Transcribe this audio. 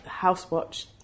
Housewatch